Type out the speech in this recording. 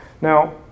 Now